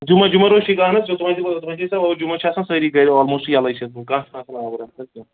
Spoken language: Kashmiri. جُمعہ جُمَعہ روزِ ٹھیٖک حظ ژےٚ تۄہہِ وۄنۍ تہِ جُمعہ چھِ آسان سٲری گرِ آلموسٹہٕ یَلَے چھِ کانٛہہ چُھنہٕ آسان آوُر اَمہِ ساتہٕ کیٚنٛہہ